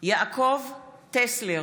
יעקב טסלר,